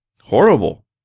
horrible